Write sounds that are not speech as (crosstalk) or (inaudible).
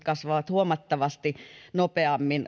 (unintelligible) kasvavat huomattavasti nopeammin